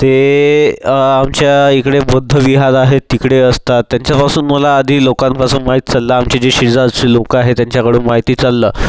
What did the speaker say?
ते आमच्या इकडे बुध्दविहार आहे तिकडे असतात त्यांच्यापासून मला आधी लोकांपासून माहीत चाललं आमचे जे शेजारचे लोकं आहेत त्यांच्याकडून माहिती चाललं